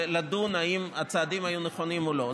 ולדון אם הצעדים היו נכונים או לא.